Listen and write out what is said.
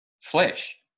flesh